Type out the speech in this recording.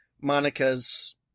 Monica's